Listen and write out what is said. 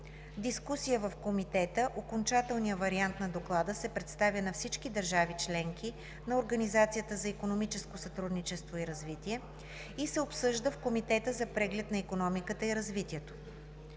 дискусия в Комитета – окончателният вариант на доклада се представя на всички държави – членки на Организацията за икономическо сътрудничество и развитие, и се обсъжда в Комитета за преглед на икономиката и развитието.